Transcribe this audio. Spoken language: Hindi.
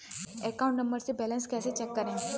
अकाउंट नंबर से बैलेंस कैसे चेक करें?